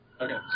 Okay